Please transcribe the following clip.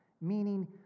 meaning